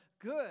good